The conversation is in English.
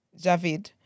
Javid